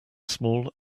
small